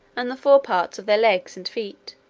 and the fore parts of their legs and feet